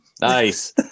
Nice